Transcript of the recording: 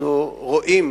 אנחנו רואים